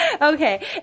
Okay